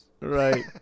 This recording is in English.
Right